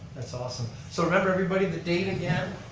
that's awesome. so remember everybody the date again,